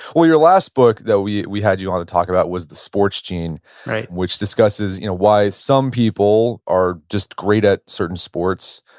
your last book that we we had you on to talk about was the sports gene which discusses you know why some people are just great at certain sports.